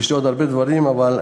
יש לי עוד הרבה דברים לומר,